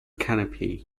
canopy